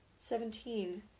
Seventeen